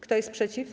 Kto jest przeciw?